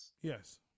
Yes